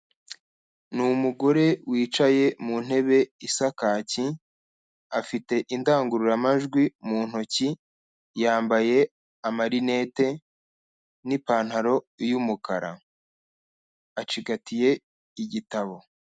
Ni umugore wicaye mu ntebe isa kaki afite indangururamajwi mu ntoki, yambaye amarinete n'ipantaro y'umukara acigatiye igitabo.